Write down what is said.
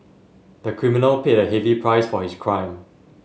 the criminal paid a heavy price for his crime